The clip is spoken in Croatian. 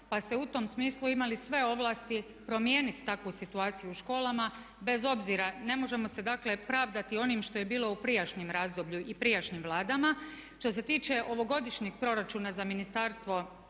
pa ste u tom smislu imali sve ovlasti promijeniti takvu situaciju u školama bez obzira. Ne možemo se dakle pravdati onim što je bilo u prijašnjem razdoblju i prijašnjim vladama. Što se tiče ovogodišnjeg proračuna za Ministarstvo